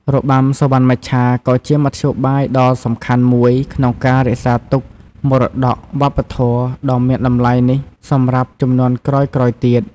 របាំសុវណ្ណមច្ឆាក៏ជាមធ្យោបាយដ៏សំខាន់មួយក្នុងការរក្សាទុកមរតកវប្បធម៌ដ៏មានតម្លៃនេះសម្រាប់ជំនាន់ក្រោយៗទៀត។